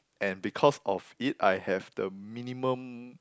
and because of it I have the minimum